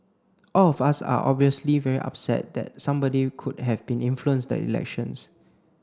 all of us are obviously very upset that somebody could have been influenced the election